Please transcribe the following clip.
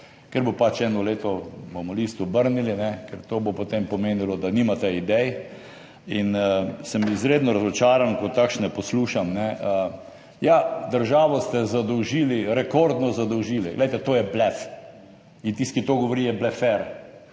ker bo pač novo leto, obrnili bomo list, ker to bo potem pomenilo, da nimate idej. Sem izredno razočaran, ko takšne poslušam, ja, državo ste zadolžili, rekordno zadolžili. To je blef in tisti, ki to govori, je blefer.